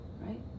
right